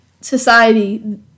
society